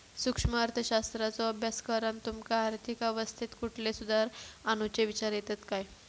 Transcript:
सूक्ष्म अर्थशास्त्राचो अभ्यास करान तुमका आर्थिक अवस्थेत कुठले सुधार आणुचे विचार येतत काय?